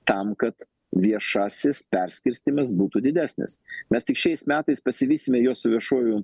tam kad viešasis perskirstymas būtų didesnis mes tik šiais metais pasivysime juos su viešųjų